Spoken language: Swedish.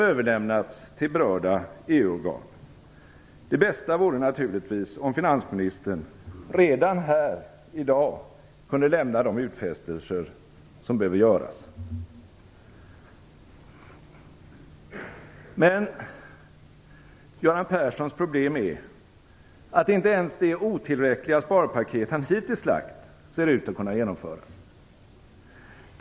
Det bästa vore naturligtvis om finansministern redan här i dag kunde lämna de utfästelser som behöver göras. Men Göran Perssons problem är att inte ens det otillräckliga sparpaket han hittills lagt fram ser ut att kunna genomföras.